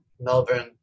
Melbourne